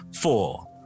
four